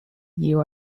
you